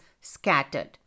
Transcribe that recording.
scattered